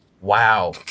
Wow